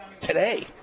today